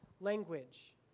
language